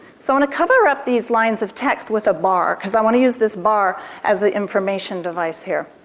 so i want to cover up these lines of text with a bar because i want to use this bar as an information device here.